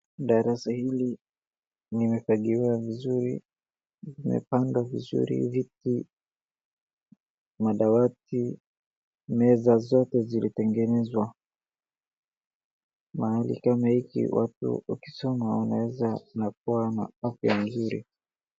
Darasa hili limefagiliwa vizuri limepangwa vizuri viti, madawati meza zote zilitengenezwa mahali kama hiki watu wakisoma wanaweza na kuwa na afya mzuri.